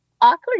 awkward